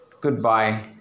goodbye